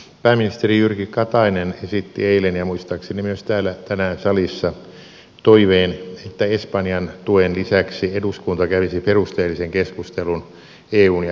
pääministeri jyrki katainen esitti eilen ja muistaakseni myös täällä tänään salissa toiveen että espanjan tuen lisäksi eduskunta kävisi perusteellisen keskustelun eun ja euron tulevaisuudesta